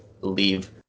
leave